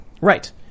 Right